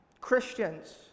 Christians